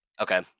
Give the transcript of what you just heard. Okay